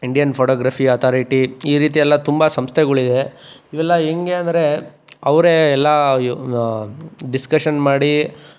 Indian photography authority ಈ ರೀತಿಯೆಲ್ಲ ತುಂಬ ಸಂಸ್ಥೆಗಳಿವೆ ಇವೆಲ್ಲ ಹೆಂಗೆ ಅಂದರೆ ಅವರೇ ಎಲ್ಲ ಡಿಸ್ಕಷನ್ ಮಾಡಿ